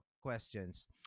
questions